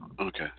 Okay